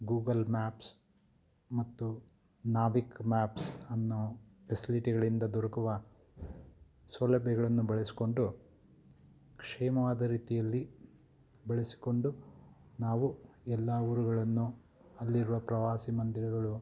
Google maps NavIC ನಾವಿಕ್ ಮ್ಯಾಪ್ಸ್ ಅನ್ನೋ ಪೆಸಿಲಿಟಿಗಳಿಂದ ದೊರಕುವ ಸೌಲಭ್ಯಗಳನ್ನು ಬಳಸಿಕೊಂಡು ಕ್ಷೇಮವಾದ ರೀತಿಯಲ್ಲಿ ಬಳಸಿಕೊಂಡು ನಾವು ಎಲ್ಲ ಊರುಗಳನ್ನು ಅಲ್ಲಿರುವ ಪ್ರವಾಸಿ ಮಂದಿರಗಳು